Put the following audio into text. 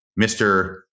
Mr